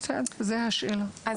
אני